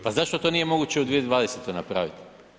Pa zašto to nije moguće u 2020. napraviti?